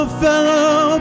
fellow